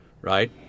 right